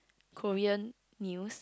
Korean news